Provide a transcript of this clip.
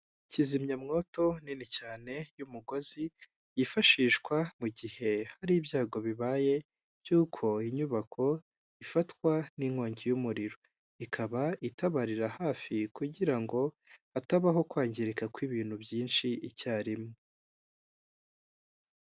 Kizimyamwoto nini cyane y'umugozi, yifashishwa mu gihe hari ibyago bibaye by'uko inyubako ifatwa n'inkongi y'umuriro, ikaba itabarira hafi kugira ngo hatabaho kwangirika ku ibintu byinshi icyarimwe.